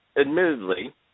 admittedly